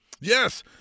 Yes